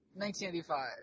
1985